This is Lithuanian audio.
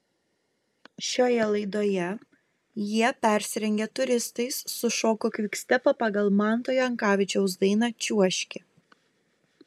šioje laidoje jie persirengę turistais sušoko kvikstepą pagal manto jankavičiaus dainą čiuožki